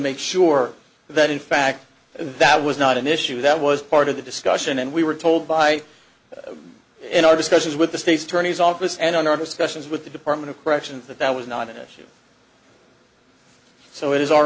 make sure that in fact that was not an issue that was part of the discussion and we were told by in our discussions with the state's attorney's office and on our discussions with the department of corrections that that was not an issue so it is our